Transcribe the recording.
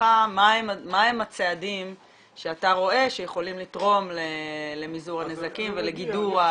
מהם הצעדים שאתה רואה שהם יכולים לתרום למזעור הנזקים ולגידור.